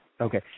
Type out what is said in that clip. Okay